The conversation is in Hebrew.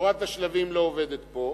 תורת השלבים לא עובדת פה,